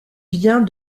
vient